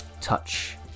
touch